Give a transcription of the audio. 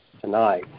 tonight